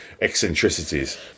eccentricities